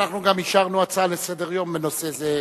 אנחנו גם אישרנו הצעה לסדר-יום בנושא זה,